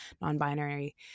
non-binary